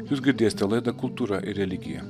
jūs girdėsite laidą kultūra ir religija